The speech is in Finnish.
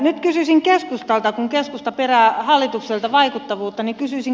nyt kysyisin keskustalta kun keskusta perää hallitukselta vaikuttavuutta